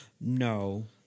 no